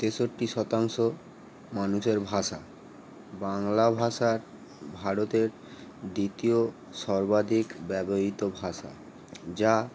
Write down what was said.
তেষট্টি শতাংশ মানুষের ভাষা বাংলা ভাষার ভারতের দ্বিতীয় সর্বাধিক ব্যবহৃত ভাষা যা